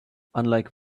unlike